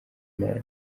imana